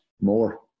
more